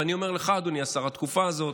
ואני אומר לך, אדוני השר, התקופה הזאת